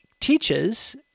teaches